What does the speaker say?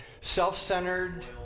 Self-centered